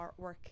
artwork